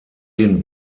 den